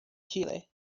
chile